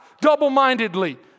double-mindedly